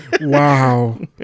Wow